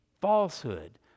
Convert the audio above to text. falsehood